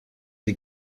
die